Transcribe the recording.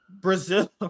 Brazil